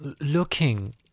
looking